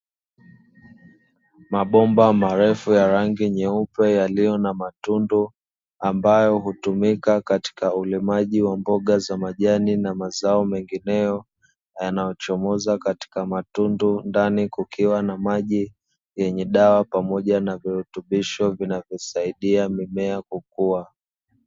Mabomba marefu ya rangi nyeupe yaliyo na matundu ambayo hutumika katika ulimaji wa mboga za majani, na mazao mengineyo yanayochomoza katika matundu, ndani kukiwa na maji yenye dawa pamoja na virutubisho vinavyosaidia mimea kukua.